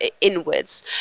inwards